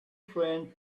friend